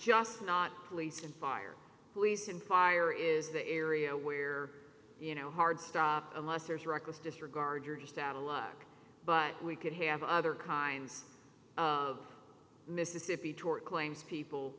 just not police and fire police and fire is the area where you know hard stuff unless there's reckless disregard you're just out of luck but we could have other kinds of mississippi tort claims people